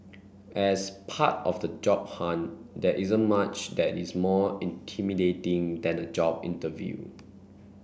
as part of the job hunt there isn't much that is more intimidating than a job interview